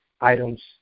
items